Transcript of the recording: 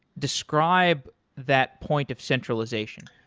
describe that point of centralization.